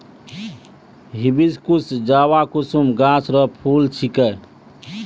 hibiscus जवाकुसुम गाछ रो फूल छिकै